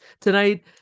tonight